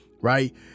Right